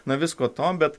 na visko tom bet